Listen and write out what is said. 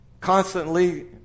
constantly